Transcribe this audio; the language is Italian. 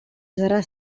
sarà